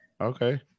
Okay